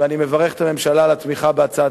ואני מברך את הממשלה על התמיכה בהצעת